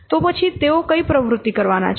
તો પછી તેઓ કઈ પ્રવૃત્તિ કરવાના છે